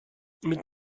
mit